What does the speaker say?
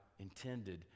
intended